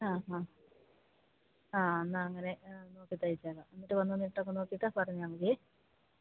ആ ഹാ ആ എന്നാലങ്ങനെ നോക്കി തയ്ച്ചേക്കാം എന്നിട്ട് വന്നൊന്ന് ഇട്ടൊക്കെ നോക്കിയിട്ട് പറഞ്ഞാല് മതി